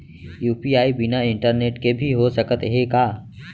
UPI बिना internet के भी हो सकत हे का?